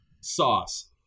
sauce